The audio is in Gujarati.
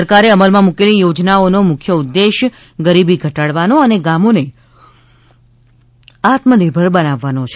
સરકારે અમલમાં મૂકેલી યોજનાઓનો મુખ્ય ઉદ્દેશ ગરીબી ઘટાડવાનો અને ગામોને આત્મનિર્ભર બનાવવાનો છે